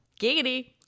Giggity